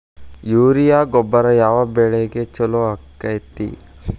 Urea ಗೊಬ್ಬರ ಯಾವ ಬೆಳಿಗೆ ಛಲೋ ಆಕ್ಕೆತಿ?